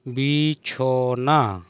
ᱵᱤᱪᱷᱚᱱᱟ